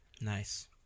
nice